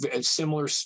similar